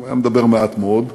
הוא היה מדבר מעט מאוד,